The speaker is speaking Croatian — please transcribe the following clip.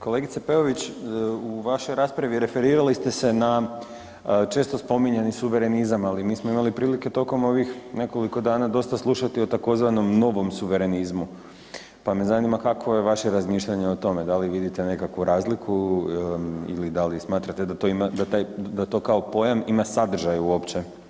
Kolegice Peović, u vašoj raspravi referirali ste se na često spominjani suverenizam, ali mi smo imali prilike tokom ovih nekoliko dana dosta slušati o tzv. novom suverenizmu, pa me zanima kakvo je vaše razmišljanje o tome, da li vidite nekakvu razliku ili da li smatrate da to ima, da taj, da to kao pojam ima sadržaj uopće?